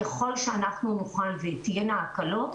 ככל שאנחנו נוכל ותהיינה הקלות,